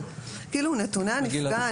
נתוני הנפגע,